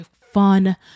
fun